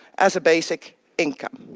as a basic income.